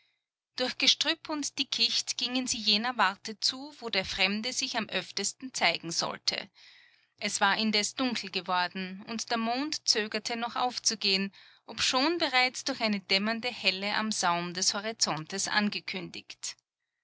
durch gestrüpp und dickicht gingen sie jener warte zu wo der fremde sich am öftesten zeigen sollte es war indes dunkel geworden und der mond zögerte noch aufzugehen obschon bereits durch eine dämmernde helle am saum des horizontes angekündigt